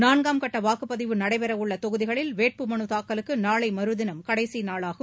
நான்காம் கட்ட வாக்குப்பதிவு நடைபெற உள்ள தொகுதிகளில் வேட்பு மனு தாக்கலுக்கு நாளை மறுதினம் கடைசி நாளாகும்